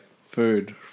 food